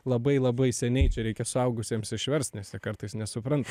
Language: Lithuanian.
labai labai seniai reikia suaugusiems išverst nes jie kartais nesupranta